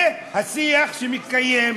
זה השיח שמתקיים.